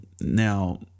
now